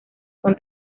con